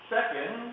Second